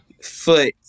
foot